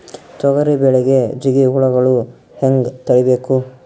ತೊಗರಿ ಬೆಳೆಗೆ ಜಿಗಿ ಹುಳುಗಳು ಹ್ಯಾಂಗ್ ತಡೀಬೇಕು?